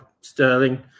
Sterling